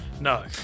No